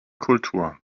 kultur